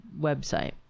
website